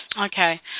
Okay